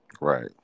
Right